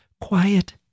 quiet